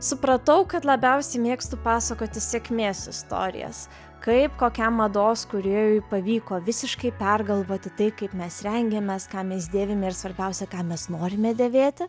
supratau kad labiausiai mėgstu pasakoti sėkmės istorijas kaip kokiam mados kūrėjui pavyko visiškai pergalvoti tai kaip mes rengiamės ką mes dėvime ir svarbiausia ką mes norime dėvėti